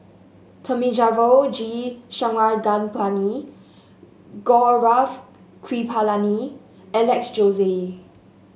Thamizhavel G Sarangapani Gaurav Kripalani Alex Josey